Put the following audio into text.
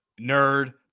nerd